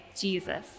Jesus